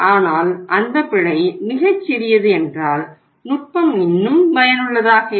ஆனால் அந்த பிழை மிகச்சிறியது என்றால் நுட்பம் இன்னும் பயனுள்ளதாக இருக்கும்